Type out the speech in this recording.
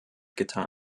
getan